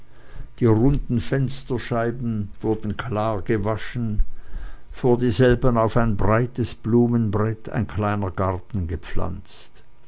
die runden fensterscheiben wurden klar gewaschen vor dieselben auf ein breites blumenbrett ein kleiner garten gepflanzt